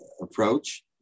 approach